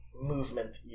movement